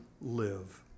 live